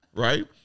right